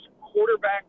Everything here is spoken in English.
quarterback